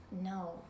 No